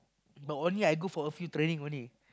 but only I go for a few training only